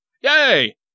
Yay